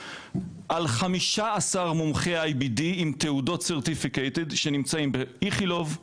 על 15 מומחי IBD עם תעודות certificated שנמצאים באיכילוב,